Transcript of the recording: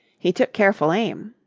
he took careful aim.